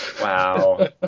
Wow